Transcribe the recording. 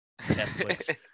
netflix